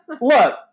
look